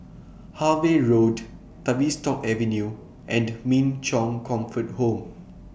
Harvey Road Tavistock Avenue and Min Chong Comfort Home